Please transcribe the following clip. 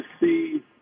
see